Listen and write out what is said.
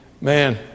Man